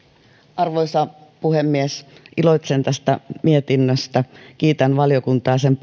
arvoisa puhemies iloitsen tästä mietinnöstä kiitän valiokuntaa sen